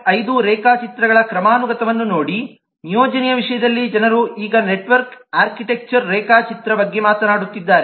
5 ರೇಖಾಚಿತ್ರಗಳ ಕ್ರಮಾನುಗತವನ್ನು ನೋಡಿ ನಿಯೋಜನೆಯ ವಿಷಯದಲ್ಲಿ ಜನರು ಈಗ ನೆಟ್ವರ್ಕ್ ಆರ್ಕಿಟೆಕ್ಚರ್ ರೇಖಾಚಿತ್ರ ಬಗ್ಗೆ ಮಾತನಾಡುತ್ತಿದ್ದಾರೆ